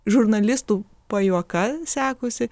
žurnalistų pajuoka sekusi